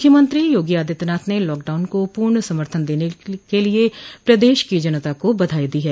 मुख्यमंत्री योगी आदित्यनाथ ने लॉकडाउन को पूर्ण समर्थन देने के लिए प्रदश की जनता को बधाई दी है